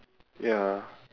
ya